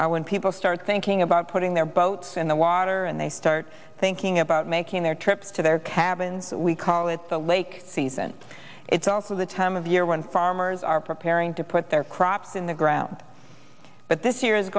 year when people start thinking about putting their boats in the water and they start thinking about making their trips to their cabins that we call it the lake season it's also the time of year when farmers are preparing to put their crops in the ground but this year is